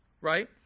right